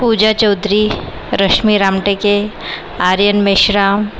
Pooja Chaudhari Rashmi Ramteke Aryan Meshram